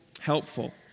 helpful